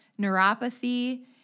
neuropathy